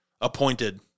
appointed